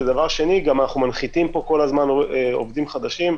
דבר שני, אנחנו מנחיתים כל הזמן עובדים חדשים.